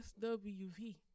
SWV